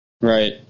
Right